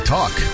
Talk